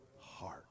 heart